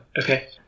Okay